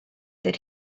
that